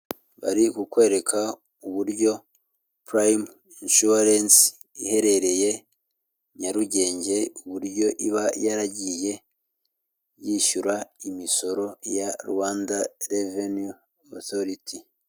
Bari kukwereka uburyo purayime inshuwarense iherereye nyarugenge uburyo iba yaragiye yishyura imisoro, ya Rwanda reveni otoriti.